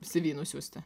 cv nusiųsti